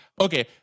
Okay